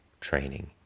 training